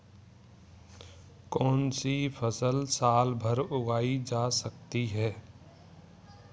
कौनसी फसल साल भर उगाई जा सकती है?